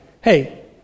hey